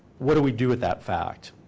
what do we do with that fact?